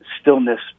stillness